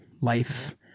Life